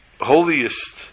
holiest